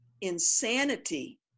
insanity